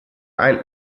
ein